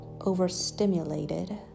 overstimulated